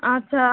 আচ্ছা